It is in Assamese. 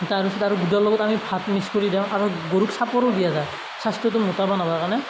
তাৰপিছত আৰু গুদাৰ লগত আমি ভাত মিক্স কৰি দিওঁ আৰু গৰুক চাপৰো দিয়া যায় স্ৱাস্থ্যটো মোটাবান হ'বৰ কাৰণে